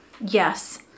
Yes